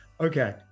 Okay